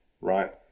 right